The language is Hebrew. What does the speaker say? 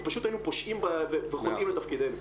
פשוט היינו פושעים וחוטאים לתפקידנו.